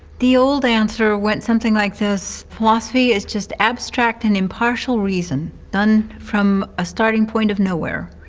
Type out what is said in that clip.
the old answer went something like this philosophy is just abstract and impartial reason done from a starting point of nowhere,